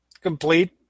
complete